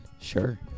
Sure